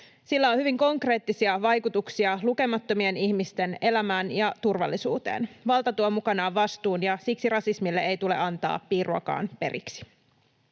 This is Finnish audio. Sillä on hyvin konkreettisia vaikutuksia lukemattomien ihmisten elämään ja turvallisuuteen. Valta tuo mukanaan vastuun, ja siksi rasismille ei tule antaa piiruakaan periksi.